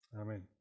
Amen